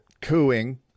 cooing